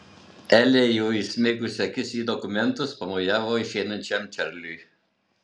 elė jau įsmeigusi akis į dokumentus pamojavo išeinančiam čarliui